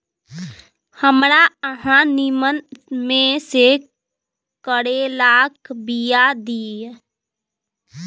हमरा अहाँ नीमन में से करैलाक बीया दिय?